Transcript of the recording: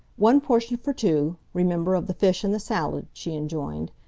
one portion for two, remember, of the fish and the salad, she enjoined.